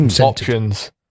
options